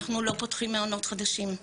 אנחנו לא פותחים מעונות חדשים,